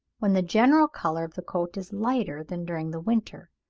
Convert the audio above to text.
when the general colour of the coat is lighter, than during the winter,